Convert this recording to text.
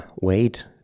wait